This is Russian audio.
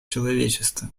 человечества